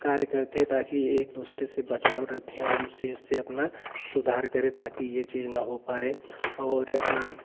कार्य करते हैं ताकि एक दूसरे से बचाव रखें और इस चीज़ से अपना सुधार करें ताकि यह चीज़ न हो पाए और अपना